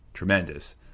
Tremendous